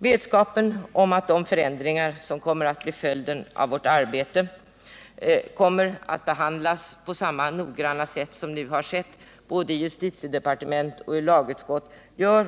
Vetskapen om att de förändringar som kommeraatt bli följden av vårt arbete kommer att behandlas på samma noggranna sätt som nu har skett både i justitiedepartement och i lagutskott gör